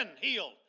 healed